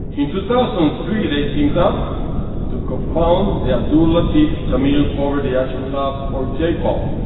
in two thousand and three, they teamed up to co-found the abdul latif jameel poverty action lab, or j-pal,